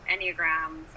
enneagrams